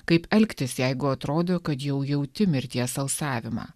kaip elgtis jeigu atrodo kad jau jauti mirties alsavimą